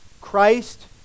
Christ